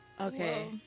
okay